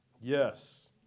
Yes